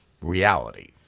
reality